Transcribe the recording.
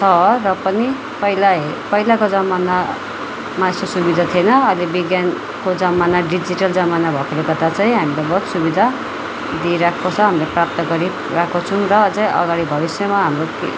छ र पनि पहिला हे पहिलाको जमानामा यस्तो सुविधा थिएन अहिले विज्ञानको जमाना डिजिटल जमाना भएकोले गर्दा चाहिँ हामीलाई बहुत सुविधा दिइरहेको छ हामीले प्राप्त गरिरहेको छौँ र अझै अगाडि भविष्यमा हाम्रो